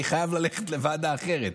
אני חייב ללכת לוועדה אחרת,